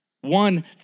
One